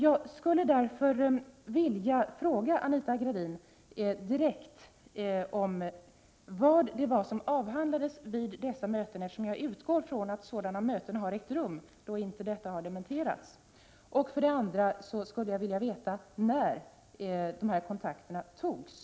Jag skulle därför vilja fråga Anita Gradin direkt för det första vad det var som avhandlades vid dessa möten — jag utgår ifrån att sådana möten har ägt rum, då detta inte har dementerats — och för det andra när dessa kontakter togs.